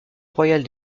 royale